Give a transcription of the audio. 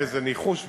וזה ניחוש בלבד,